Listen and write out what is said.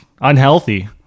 unhealthy